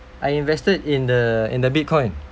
I invested in the in the bitcoin